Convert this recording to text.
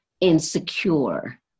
insecure